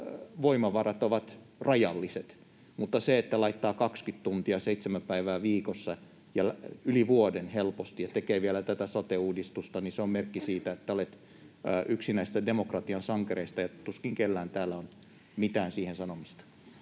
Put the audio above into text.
voimavarat ovat rajalliset, mutta se, että laittaa 20 tuntia seitsemän päivää viikossa yli vuoden helposti ja tekee vielä tätä sote-uudistusta, on merkki siitä, että olet yksi näistä demokratian sankareista, ja tuskin kellään täällä on siihen mitään sanomista.